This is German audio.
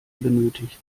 benötigt